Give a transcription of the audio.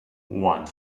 one